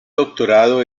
doctorado